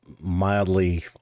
mildly